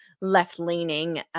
left-leaning